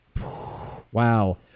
Wow